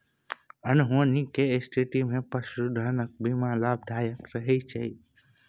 अनहोनी केर स्थितिमे पशुधनक बीमा लाभदायक रहैत छै